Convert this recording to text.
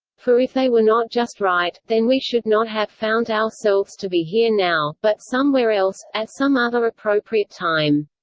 for if they were not just right, then we should not have found ourselves to be here now, but somewhere else, at some other appropriate time.